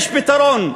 יש פתרון,